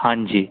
हाँ जी